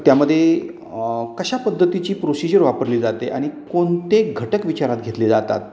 त्यामध्ये कशा पद्धतीची प्रोसिजर वापरली जाते आणि कोणते घटक विचारात घेतले जातात